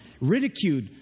ridiculed